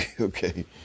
okay